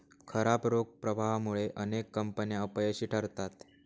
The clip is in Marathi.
खराब रोख प्रवाहामुळे अनेक कंपन्या अपयशी ठरतात